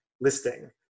listing